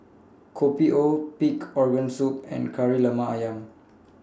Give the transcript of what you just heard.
Kopi O Pig Organ Soup and Kari Lemak Ayam